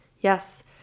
yes